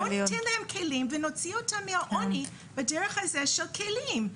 בואו ניתן להם כלים ונוציא אותם מהעוני בדרך הזה של כלים.